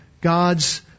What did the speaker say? God's